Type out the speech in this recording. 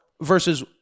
versus